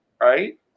right